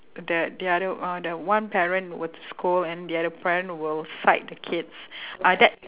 the the other uh the one parent were to scold and the other parent will side the kids ah that